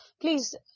please